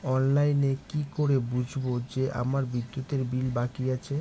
অনলাইনে কি করে বুঝবো যে আমার বিদ্যুতের বিল বাকি আছে?